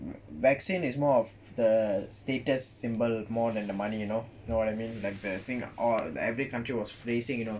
no lah vaccine is more of the status symbol more than the money you know you know what I mean like they will think orh the country was freezing you know